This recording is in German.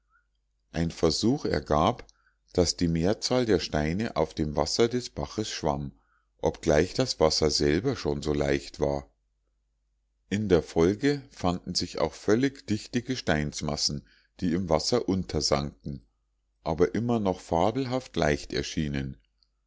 ein versuch ergab daß die mehrzahl der steine auf dem wasser des baches schwamm obgleich das wasser selber schon so leicht war in der folge fanden sich auch völlig dichte gesteinsmassen die im wasser untersanken aber immer noch fabelhaft leicht erschienen